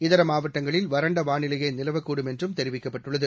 இதரமாவட்டங்களில் வறண்டவானிலையேநிலவக்கூடும் என்றும் தெரிவிக்கப்பட்டுள்ளது